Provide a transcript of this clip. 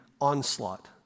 onslaught